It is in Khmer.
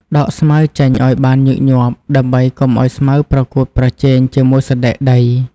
ដកស្មៅចេញឱ្យបានញឹកញាប់ ដើម្បីកុំឱ្យស្មៅប្រកួតប្រជែងជាមួយសណ្តែកដី។